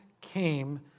came